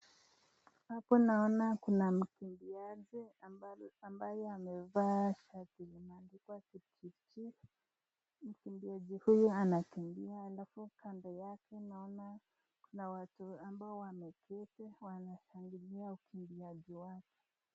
Hapa naona kuna mkimbiaji ambaye amevaa shati imeandikwa Kipchirchir. Mkimbiaji huyu anakimbia alafu kando yake naona kuna watu ambao wameketi wanashangilia mkimbiaji wake.